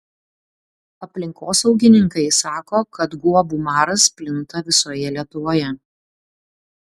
aplinkosaugininkai sako kad guobų maras plinta visoje lietuvoje